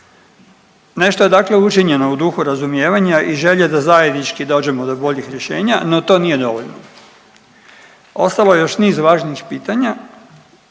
Nešto je dakle učinjeno u duhu razumijevanja i želje da zajednički dođemo do boljih rješenja, no to nije dovoljno. Ostalo je još niz važnih pitanja